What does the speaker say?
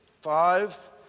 five